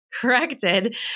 corrected